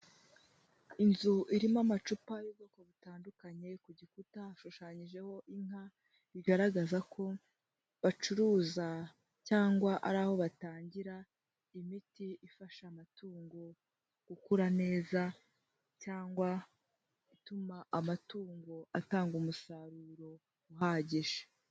Inzu irimo amacupa y'ubwoko butandukanye ku gikuta hashushanyijeho inka, bigaragaza ko bacuruza cyangwa ari aho batangira, imiti ifasha amatungo gukura neza cyangwa ituma amatungo atanga umusaruro uhagije.